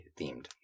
themed